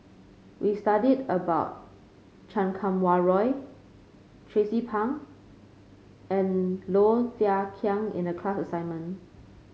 we studied about Chan Kum Wah Roy Tracie Pang and Low Thia Khiang in the class assignment